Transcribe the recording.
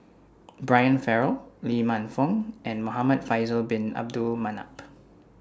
Brian Farrell Lee Man Fong and Muhamad Faisal Bin Abdul Manap